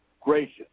gracious